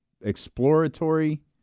exploratory